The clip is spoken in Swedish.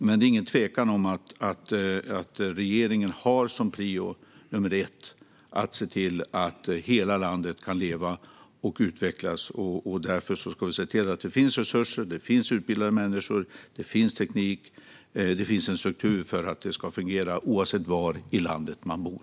Men det är ingen tvekan om att regeringen har som prio nummer ett att se till att hela landet kan leva och utvecklas. Därför ska vi se till att det finns resurser, utbildade människor, teknik och en struktur för att det hela ska fungera, oavsett var i landet man bor.